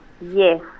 Yes